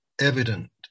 evident